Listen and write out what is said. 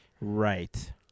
Right